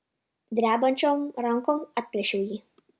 drebančiom rankom atplėšiau jį